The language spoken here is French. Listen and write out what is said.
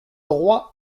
roi